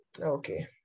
Okay